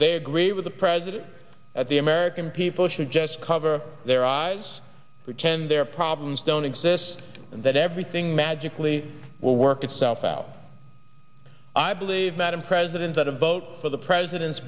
they agree with the president at the american people should just cover their eyes for ten their problems don't exist and that everything magically will work itself out i believe madam president that a vote for the president's